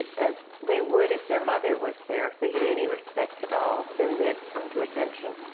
as they would if their mother was there. if they had any respect at all then they'd come to attention.